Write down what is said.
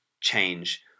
change